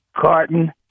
carton